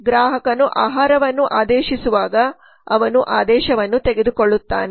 ಗ್ರಾಹಕನು ಆಹಾರವನ್ನು ಆದೇಶಿಸುವಾಗ ಅವನು ಆದೇಶವನ್ನು ತೆಗೆದುಕೊಳ್ಳುತ್ತಾನೆ